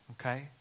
okay